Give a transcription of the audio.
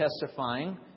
testifying